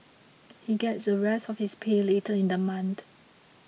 he gets the rest of his pay later in the month